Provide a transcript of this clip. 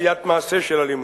לעשיית מעשה של אלימות.